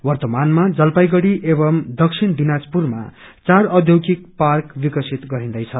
वव्रमानमा जलपाईगुड़ी एवं दक्षिण दिनाजपुरमा चार औध्योगिक पार्क विकसित गरिन्दैछ